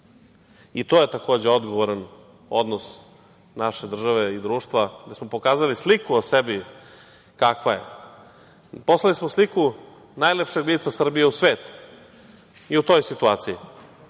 I to je takođe odgovoran odnos naše države i društva, jer smo pokazali sliku o sebi kakva je. Poslali smo sliku najlepšeg lica Srbije u svet i u toj situaciji